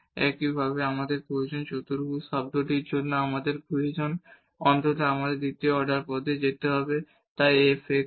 একইভাবে আমাদের প্রয়োজন কারণ চতুর্ভুজ শব্দটির জন্য আমাদের প্রয়োজন অন্তত আমাদের দ্বিতীয় অর্ডার পদে যেতে হবে তাই f xx